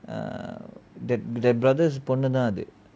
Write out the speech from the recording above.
err that that brothers பொண்ணு தான் அது:ponnu dhan athu